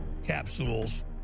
Capsules